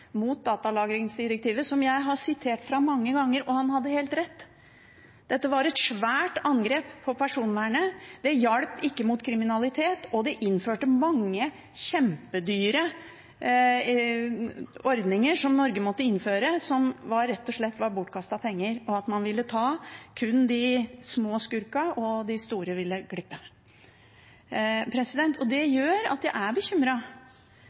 mot datalagringsdirektivet som jeg har sitert fra mange ganger, og han hadde helt rett. Dette var et svært angrep på personvernet. Det hjalp ikke mot kriminalitet, og det førte til at Norge måtte innføre mange kjempedyre ordninger, noe som rett og slett var bortkastede penger. Og man ville ta kun de små skurkene – de store ville glippe. Det gjør at jeg er